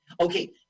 Okay